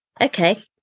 okay